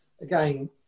again